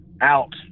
out